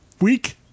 week